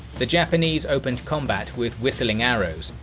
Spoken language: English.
the japanese opened combat with whistling arrows,